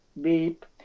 beep